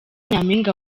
nyampinga